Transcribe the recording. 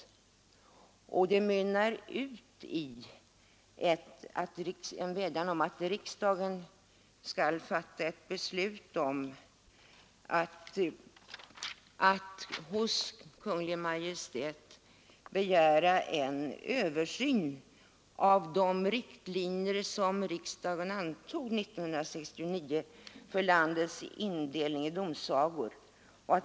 Resonemanget utmynnar i en vädjan om att riksdagen skall fatta beslut om att hos Kungl. Maj:t begära en översyn av de riktlinjer som riksdagen antog 1969 för landets indelning i domsagor.